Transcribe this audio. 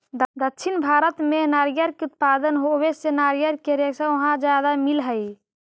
दक्षिण भारत में नारियर के उत्पादन होवे से नारियर के रेशा वहाँ ज्यादा मिलऽ हई